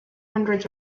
hundreds